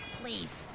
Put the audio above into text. please